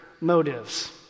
motives